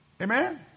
Amen